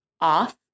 off